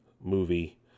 movie